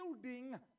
building